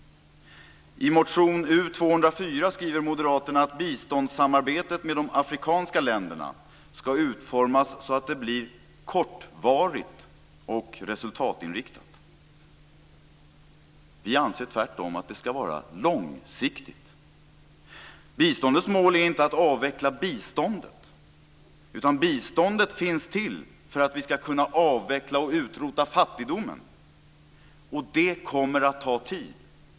I motion U204 skriver Moderaterna att biståndssamarbetet med de afrikanska länderna ska utformas så att det blir kortvarigt och resultatinriktat. Vi anser tvärtom att det ska vara långsiktigt. Biståndets mål är inte att avveckla biståndet, utan biståndet finns till för att vi ska kunna avveckla och utrota fattigdomen, och det kommer att ta tid.